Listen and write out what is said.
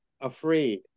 afraid